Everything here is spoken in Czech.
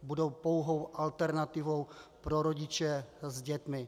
Budou pouhou alternativou pro rodiče s dětmi.